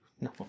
no